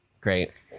Great